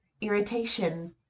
irritation